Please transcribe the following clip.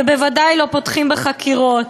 ובוודאי לא פותחים בחקירות.